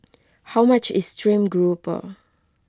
how much is Stream Grouper